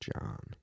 John